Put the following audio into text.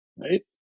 Right